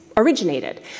originated